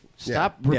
Stop